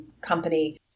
company